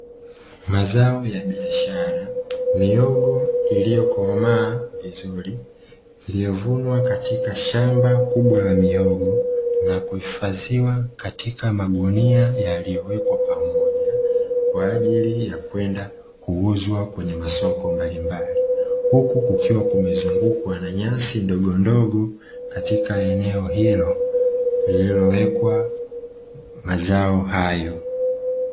Mazao ya biashara. Mihogo iliyokomaa vizuri iliyovunwa katika shamba kubwa la mihogo na kuhifadhiwa katika magunia yaliyowekwa pamoja kwa ajili ya kwenda kuuzwa kwenye masoko mbalimbali, huku kukiwa kumezungukwa na nyasi ndogondogo katika eneo hilo lililowekwa mazao hayo.